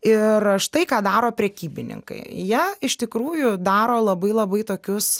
ir štai ką daro prekybininkai jie iš tikrųjų daro labai labai tokius